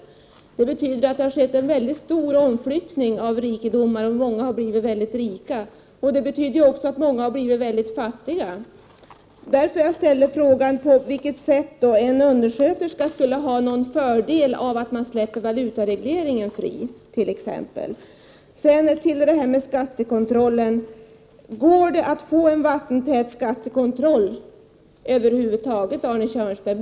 Det betyder att det har skett en väldigt stor omflyttning av rikedomar. Många har blivit väldigt rika. Men många har också blivit väldigt fattiga. Det är mot den bakgrunden som jag undrar på vilket sätt det skulle vara en fördel för t.ex. en undersköterska om valutaregleringen släpptes fri. Så något om skattekontrollen. Går det att få en vattentät skattekontroll över huvud taget, Arne Kjörnsberg?